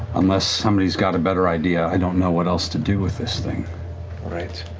unless somebody's got a better idea. i don't know what else to do with this thing. right.